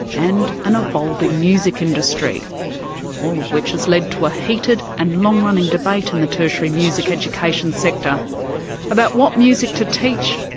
and an evolving music industry all of which has led to a heated and long-running debate in the tertiary music education sector about what music to teach,